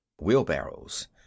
Wheelbarrows